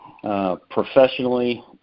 professionally